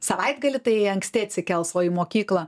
savaitgalį tai anksti atsikels o į mokyklą